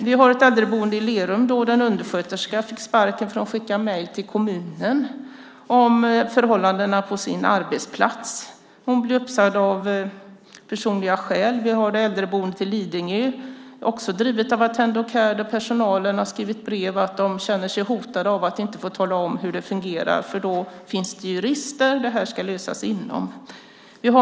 Det finns ett äldreboende i Lerum där en undersköterska fick sparken därför att hon skickade mejl till kommunen om förhållandena på sin arbetsplats. Hon blev uppsagd av personliga skäl. Det finns ett äldreboende på Lidingö som också drivs av Attendo Care där personalen har skrivit att de inte kan tala om hur det fungerar eftersom de känner sig hotade. Det finns jurister, och det här ska lösas inom verksamheten.